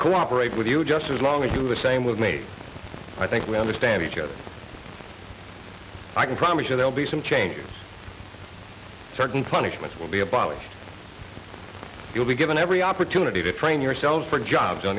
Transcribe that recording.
cooperate with you just as long as you do the same with me i think we understand each other i can promise you they'll be some change certain punishments will be abolished you'll be given every opportunity to train yourself for jobs on